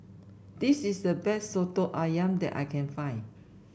this is the best soto ayam that I can find